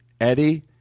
Eddie